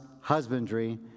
husbandry